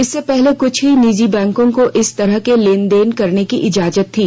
इससे पहले कुछ ही निजी बैंकों को इस तरह के लेन देन करने की इजाजत थी